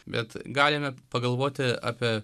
bet galime pagalvoti apie